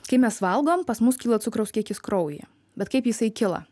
kai mes valgom pas mus kyla cukraus kiekis kraujyje bet kaip jisai kyla